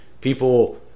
people